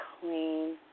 clean